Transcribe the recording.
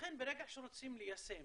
ולכן ברגע שרוצים ליישם,